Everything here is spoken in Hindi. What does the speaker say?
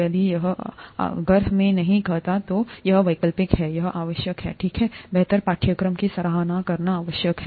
यदि यह है अगर मैं नहीं कहता कि यह वैकल्पिक है यह आवश्यक है ठीक है बेहतर पाठ्यक्रम की सराहना करना आवश्यक है